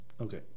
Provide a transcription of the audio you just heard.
Okay